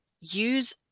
use